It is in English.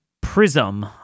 prism